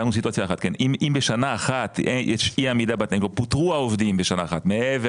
קראנו סיטואציה אחת - יש אי עמיד בתנאים ופוטרו העובדים בשנה אחת מעבר